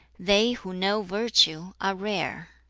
they who know virtue are rare.